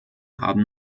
haben